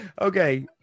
Okay